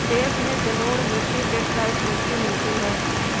देश में जलोढ़ मिट्टी लेटराइट मिट्टी मिलती है